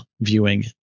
viewing